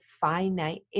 finite